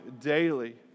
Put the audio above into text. daily